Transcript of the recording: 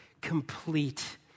complete